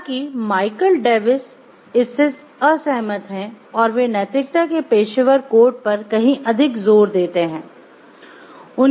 हालांकि Michael Davis इससे असहमत है और वे नैतिकता के पेशेवर कोड पर कहीं अधिक जोर देते है